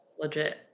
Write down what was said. Legit